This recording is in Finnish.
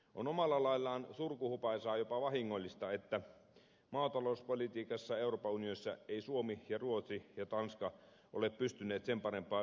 on omalla laillaan surkuhupaisaa ja jopa vahingollista että maatalouspolitiikassa euroopan unionissa eivät suomi ruotsi ja tanska ole pystyneet sen parempaan yhteistyöhön